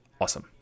awesome